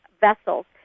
vessels